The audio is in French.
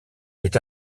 est